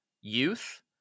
youth